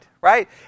right